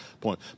point